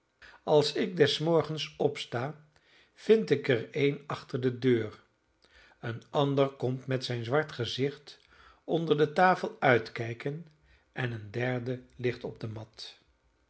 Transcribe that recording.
als ik des morgens opsta vind ik er een achter de deur een ander komt met zijn zwart gezicht onder de tafel uitkijken en een derde ligt op de mat